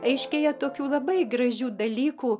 aiškėja tokių labai gražių dalykų